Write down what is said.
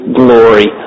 glory